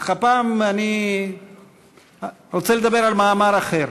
אך הפעם אני רוצה לדבר על מאמר אחר